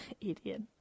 Idiot